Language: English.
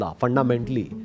fundamentally